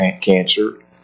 cancer